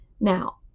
Now